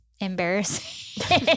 embarrassing